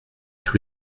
tous